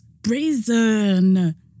Brazen